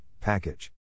package